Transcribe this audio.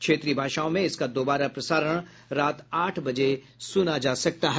क्षेत्रीय भाषाओं में इसका दोबारा प्रसारण रात आठ बजे सुना जा सकता है